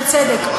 בצדק,